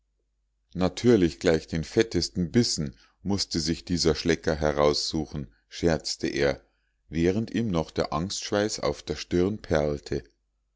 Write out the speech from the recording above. natürlich gleich den fettesten bissen mußte sich dieser schlecker heraussuchen scherzte er während ihm noch der angstschweiß auf der stirne perlte